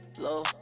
low